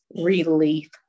relief